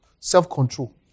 Self-control